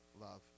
love